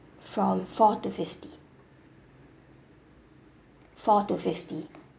from four to fifty four to fifty